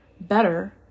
better